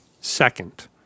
second